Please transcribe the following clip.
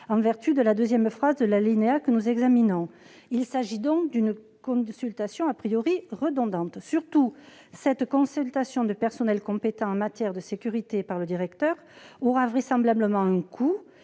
en vertu de la deuxième phrase de l'alinéa que nous examinons. Il s'agit donc d'une consultation redondante. Surtout, la consultation de personnels compétents en matière de sécurité par le directeur aura vraisemblablement un coût.